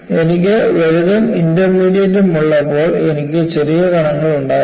എനിക്ക് വലുതും ഇന്റർമീഡിയറ്റും ഉള്ളപ്പോൾ എനിക്ക് ചെറിയ കണങ്ങളും ഉണ്ടായിരിക്കണം